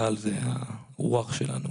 שצה"ל זאת הרוח שלנו,